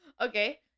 Okay